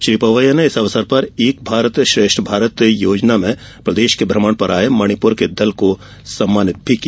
श्री पवैया ने एक भारत श्रेष्ठ भारत योजना में प्रदेश के भ्रमण पर आये मणिपुर के दल को सम्मानित भी किया